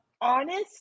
honest